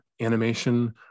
animation